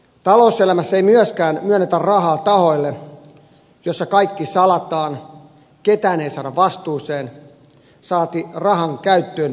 talouselämässä ei myöskään myönnetä rahaa tahoille joilla kaikki salataan ketään ei saada vastuuseen saati rahankäyttöön pystytä vaikuttamaan